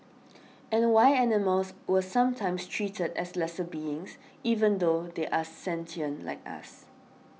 and why animals were sometimes treated as lesser beings even though they are sentient like us